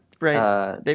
Right